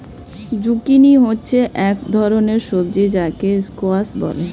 zucchini হচ্ছে এক ধরনের সবজি যাকে স্কোয়াশ বলে